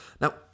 Now